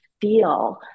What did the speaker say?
feel